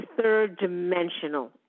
third-dimensional